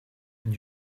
and